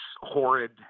horrid